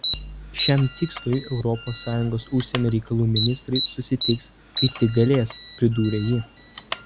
šiam tikslui europos sąjungos užsienio reikalų ministrai susitiks kai tik galės pridūrė ji